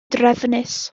drefnus